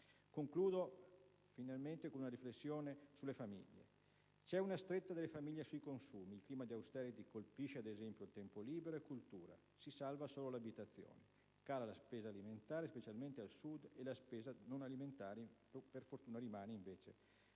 Concludo con una riflessione sulle famiglie. C'è una stretta delle famiglie sui consumi: il clima di *austerity* colpisce, ad esempio, tempo libero e cultura; si salva solo l'abitazione. Cala la spesa alimentare, specialmente al Sud, mentre la spesa non alimentare risulta fortunatamente